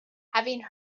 having